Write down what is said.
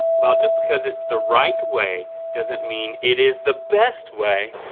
well just because it's the right way doesn't mean it is the best way.